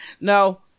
No